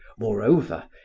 moreover,